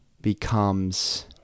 becomes